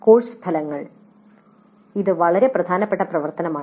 course ഫലങ്ങൾ ഇത് വളരെ പ്രധാനപ്പെട്ട പ്രവർത്തനമാണ്